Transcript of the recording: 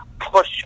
push